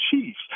Chiefs